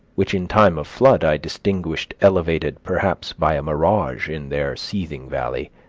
which in time of flood i distinguished elevated perhaps by a mirage in their seething valley,